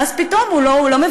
ואז פתאום הוא לא מבצע,